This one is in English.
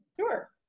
Sure